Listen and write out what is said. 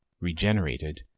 regenerated